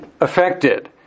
affected